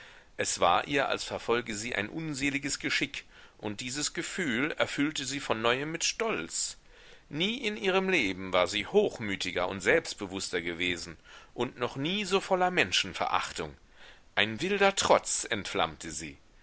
es war ihr als verfolge sie ein unseliges geschick und dieses gefühl erfüllte sie von neuem mit stolz nie in ihrem leben war sie hochmütiger und selbstbewußter gewesen und noch nie so voller menschenverachtung ein wilder trotz entflammte sie